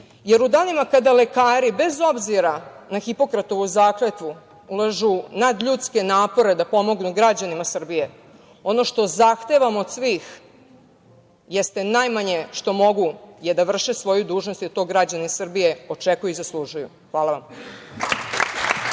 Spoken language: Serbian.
jer u danima kada lekari bez obzira na Hipokratovu zakletvu ulažu nadljudske napore da pomognu građanima Srbije, ono što zahtevamo od svih jeste najmanje što mogu, da vrše svoju dužnost, jer to građani Srbije očekuju i zaslužuju. Hvala vam.